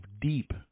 deep